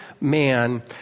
man